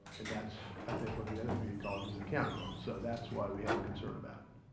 and that's i think what the other community colleges are counting on. so that's why we have a concern about it.